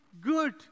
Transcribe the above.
good